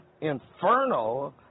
inferno